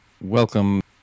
Welcome